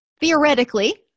Theoretically